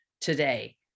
today